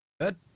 Good